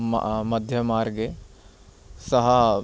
म मध्यमार्गे सः